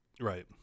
Right